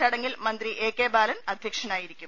ചടങ്ങിൽ മന്ത്രി A K Balan അധ്യക്ഷനായിരിക്കും